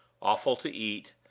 offal to eat,